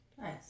Nice